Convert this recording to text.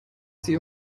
sie